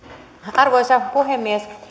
arvoisa puhemies